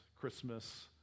Christmas